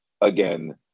again